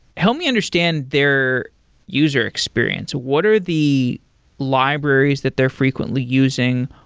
help me understand their user experience. what are the libraries that they're frequently using?